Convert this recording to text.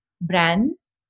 brands